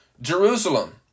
Jerusalem